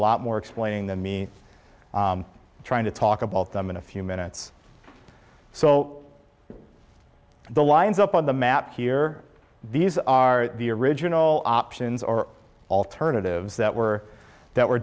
lot more explaining than me trying to talk about them in a few minutes so the lines up on the map here these are the original options or alternatives that were that were